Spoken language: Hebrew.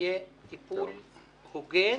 יהיה טיפול הוגן,